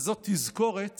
וזאת תזכורת